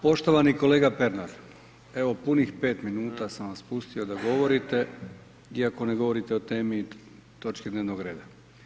Poštovani kolega Pernar, evo, punih 5 minuta sam vas pustio da govorite, iako ne govorite o temi točki dnevnog reda.